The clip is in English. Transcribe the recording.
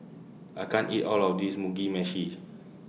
I can't eat All of This Mugi Meshi